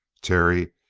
terry,